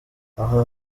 aha